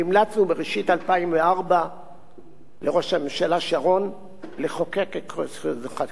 והמלצנו בראשית 2004 לראש הממשלה שרון לחוקק את חוק-יסוד: החקיקה.